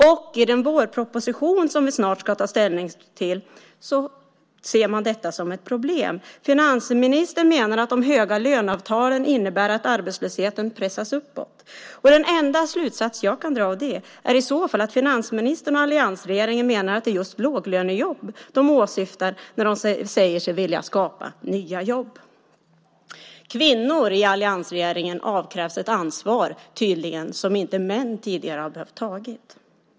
Och i den vårproposition som vi snart ska ta ställning till ser man detta som ett problem. Finansministern menar att de höga löneavtalen innebär att arbetslösheten pressas uppåt. Den enda slutsats som jag kan dra av det är i så fall att finansministern och alliansregeringen menar att det är just låglönejobb de åsyftar när de säger sig vilja skapa nya jobb. Alliansregeringen avkräver tydligen kvinnor ett ansvar som inte män tidigare har behövt ta.